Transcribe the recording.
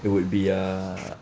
it would be uh